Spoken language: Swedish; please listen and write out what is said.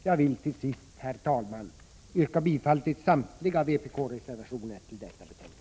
Jag vill till sist, herr talman, yrka bifall till samtliga vpk-reservationer som är fogade till detta betänkande.